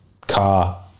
car